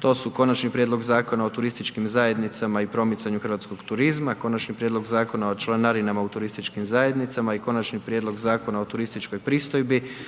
to su: - Konačni prijedlog Zakona o turističkim zajednicama i promicanju hrvatskog turizma, drugo čitanje, P.Z. br. 462 - Konačni prijedlog Zakona o članarinama u turističkim zajednicama, drugo čitanje, P.Z. br. 463 - Konačni prijedlog Zakona o turističkoj pristojbi,